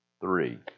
three